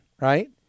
right